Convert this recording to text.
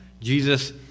Jesus